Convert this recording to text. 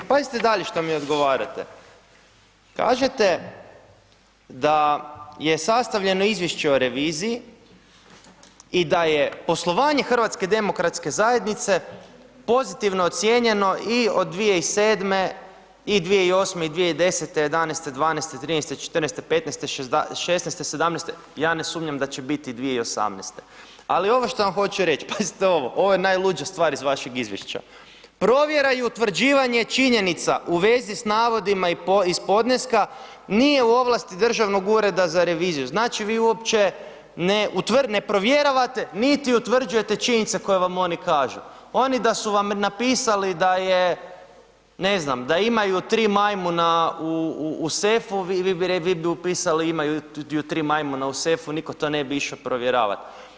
Pazite dalje šta mi odgovarate, kažete da je sastavljeno izvješće o reviziji i da je poslovanje HDZ-a pozitivno ocijenjeno i od 2007. i 2008 i 2010., 2011., 2012., 2013., 2014., 2015., 2016., 2017., ja ne sumnjam da će biti i 2018., ali ovo što vam hoću reć, pazite ovo, ovo je najluđa stvar iz vašeg izvješća, provjera i utvrđivanje činjenica u vezi s navodima iz podneska, nije u ovlasti Državnog ureda za reviziju, znači, vi uopće ne provjeravate, niti utvrđujete činjenice koje vam oni kažu, oni da su vam napisali da je, ne znam, da imaju tri majmuna u sefu, vi bi upisali imaju tri majmuna u sefu, nitko to ne bi išao provjeravat.